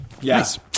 Yes